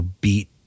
beat